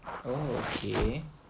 oh okay